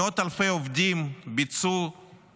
מאות-אלפי עובדים ביצעו